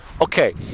Okay